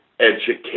education